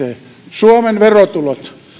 se merkitsee suomen verotulot